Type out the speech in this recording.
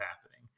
happening